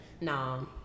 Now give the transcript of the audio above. No